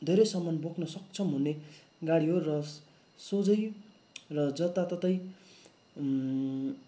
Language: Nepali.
धेरै सामान बोक्न सक्षम हुने गाडी हो र सोझै र जताततै